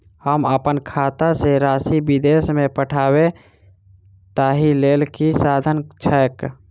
हम अप्पन खाता सँ राशि विदेश मे पठवै ताहि लेल की साधन छैक?